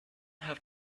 have